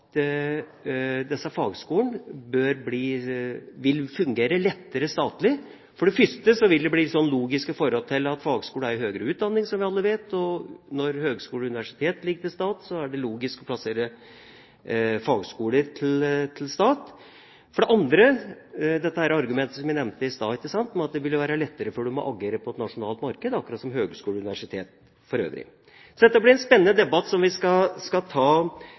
det første er det litt logisk fordi fagskolene er en høyere utdanning, som vi alle vet. Og når høyskole og universitet ligger til stat, så er det logisk å plassere fagskoler til stat. For det andre har vi det argumentet som jeg nevnte i sted, at det vil være lettere for fagskolene å agere på et nasjonalt marked, akkurat som høyskole og universitet for øvrig. Det blir en spennende debatt som vi skal ta framover. Da synes jeg det er naturlig å utfordre ikke minst fylkeskommunene, som nå har fått denne utdanningen, og KS, som deres interesseorganisasjon, til offensivt å ta